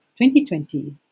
2020